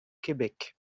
québec